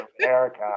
America